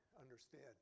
understand